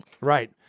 Right